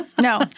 No